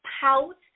pout